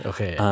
Okay